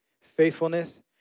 faithfulness